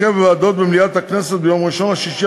כיוון שהליך התקנת התקנות טרם הושלם,